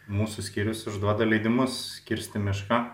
mūsų skyrius išduoda leidimus kirsti mišką